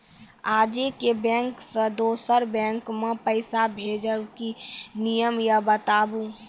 आजे के बैंक से दोसर बैंक मे पैसा भेज ब की नियम या बताबू?